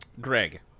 Greg